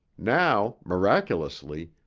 now, miraculously,